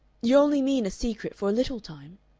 you only mean a secret for a little time?